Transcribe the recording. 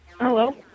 Hello